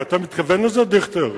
אבי, אתה מתכוון לזה, דיכטר?